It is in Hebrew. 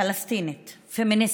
פלסטינית, פמיניסטית,